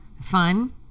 Fun